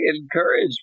encourage